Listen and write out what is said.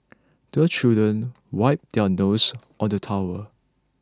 the children wipe their noses on the towel